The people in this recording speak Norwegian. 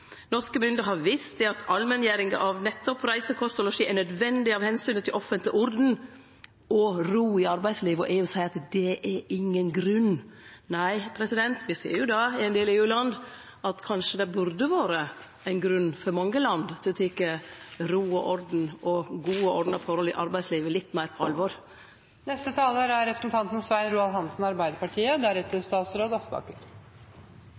Norske myndigheiter har vist til at allmenngjering av dekning av nettopp reise, kost og losji er nødvendig av omsyn til offentleg orden og ro i arbeidslivet – og EU seier at det er ingen grunn. Nei, me ser jo i ein del EU-land at det kanskje burde vore ein grunn – for mange land – til å ta ro og orden og gode og ordna forhold i arbeidslivet litt meir på alvor.